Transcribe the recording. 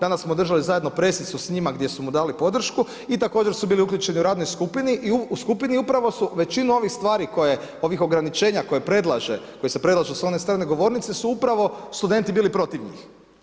Danas smo držali zajedno presicu s njima gdje su mu dali podršku i također su bili uključeni u radnoj skupini i upravo su većinu ovih stvari, ovih ograničenja koji se predlažu s ove strane govornice, su upravo studenti bili protiv njih.